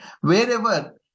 Wherever